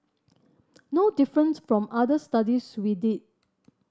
no different from other studies we did